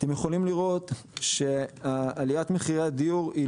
אתם יכולים לראות שעליית מחירי הדיור היא